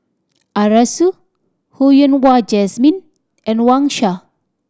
Arasu Ho Yen Wah Jesmine and Wang Sha